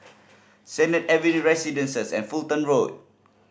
Sennett Avenue Residences and Fulton Road